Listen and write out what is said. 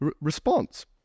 response